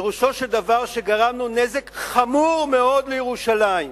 פירושו של דבר שגרמנו נזק חמור מאוד לירושלים.